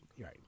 Right